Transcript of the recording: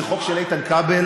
זה חוק של איתן כבל,